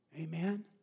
Amen